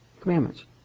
commandments